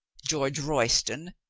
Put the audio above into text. george royston,